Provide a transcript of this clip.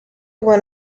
went